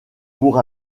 pour